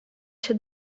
się